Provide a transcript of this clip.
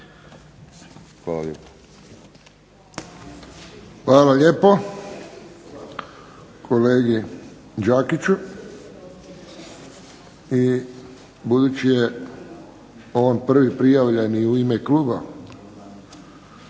Hvala lijepo kolegi Đakiću. I budući je on prvi prijavljeni i u ime kluba